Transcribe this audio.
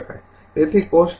તેથી કોષ્ટક ૧